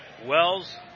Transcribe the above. Wells